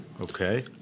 Okay